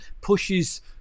pushes